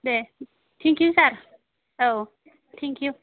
दे thank you sir औ thank you